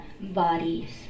bodies